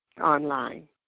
online